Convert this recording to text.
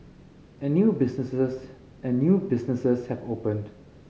and new businesses and new businesses have opened